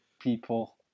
people